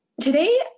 today